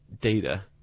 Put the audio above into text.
data